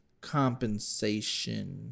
compensation